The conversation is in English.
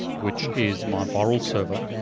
which is my virl server.